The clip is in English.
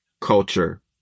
culture